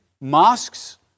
mosques